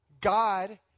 God